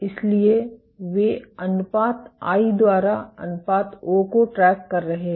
इसलिए वे अनुपात आई द्वारा अनुपात ओ को ट्रैक कर रहे हैं